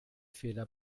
fehler